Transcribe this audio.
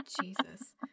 Jesus